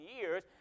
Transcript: years